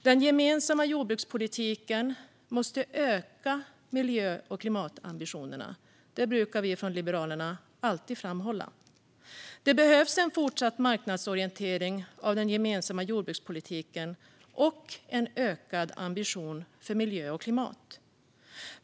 Den gemensamma jordbrukspolitiken måste öka miljö och klimatambitionerna. Det brukar vi från Liberalerna alltid framhålla. Det behövs en fortsatt marknadsorientering av den gemensamma jordbrukspolitiken och en ökad ambition för miljö och klimat.